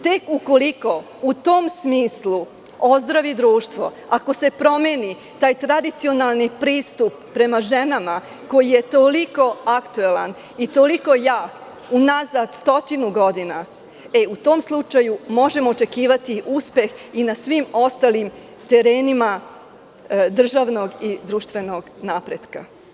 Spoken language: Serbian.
Tek ukoliko, u tom smislu, ozdravi društvo, ako se promeni taj tradicionalni pristup prema ženama koji je toliko aktuelan i toliko jak, unazad stotinu godina, u tom slučaju možemo očekivati uspeh i na svih ostalim terenima državnog i društvenog napretka.